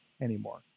anymore